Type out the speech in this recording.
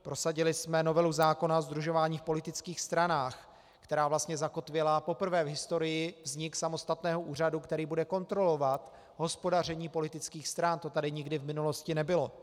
Prosadili jsme novelu zákona o sdružování v politických stranách, která vlastně zakotvila poprvé v historii vznik samostatného úřadu, který bude kontrolovat hospodaření politických stran, to tady nikdy v minulosti nebylo.